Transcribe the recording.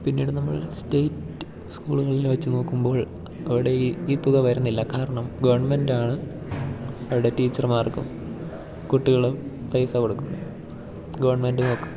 പിന്നീട് നമ്മൾ സ്റ്റേറ്റ് സ്കൂളുകളിൽ വെച്ചു നോക്കുമ്പോൾ അവിടെ ഈ ഈ തുക വരുന്നില്ല കാരണം ഗവൺമെൻ്റാണ് അവിടെ ടീച്ചർമാർക്കും കുട്ടികളും പൈസ കൊടുക്കും ഗവൺമെൻ്റ് നോക്കും